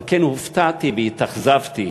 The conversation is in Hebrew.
על כן הופתעתי והתאכזבתי